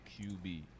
QB